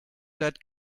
that